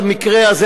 מה שקרה בבאר-שבע,